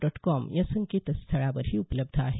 dot com या संकेतस्थळावरही उपलब्ध आहे